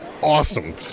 Awesome